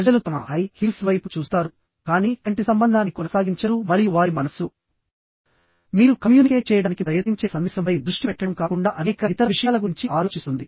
ప్రజలు తమ high heels వైపు చూస్తారు కానీ కంటి సంబంధాన్ని కొనసాగించరు మరియు వారి మనస్సు మీరు కమ్యూనికేట్ చేయడానికి ప్రయత్నించే సందేశంపై దృష్టి పెట్టడం కాకుండా అనేక ఇతర విషయాల గురించి ఆలోచిస్తుంది